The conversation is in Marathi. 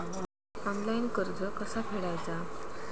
ऑनलाइन कर्ज कसा फेडायचा?